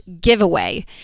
Giveaway